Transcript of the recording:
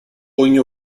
ogni